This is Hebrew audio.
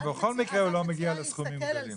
אבל בכל מקרה הוא לא מגיע לסכומים גדולים.